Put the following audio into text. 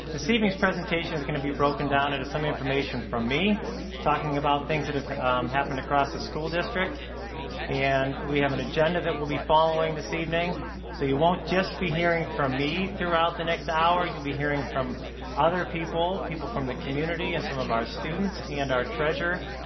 this evening's presentation is going to be broken down it is some information from me talking about things that have happened across the school district and we have an agenda that we'll be following this evening so you won't just be hearing from me throughout the next hour. you'll be hearing from other people, people from the community, and some of our students, and our treasurer.